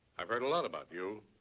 i've read a lot about you.